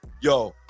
Yo